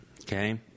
okay